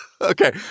Okay